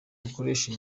gikoresha